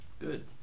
Good